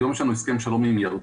היום יש לנו הסכם שלום עם ירדן,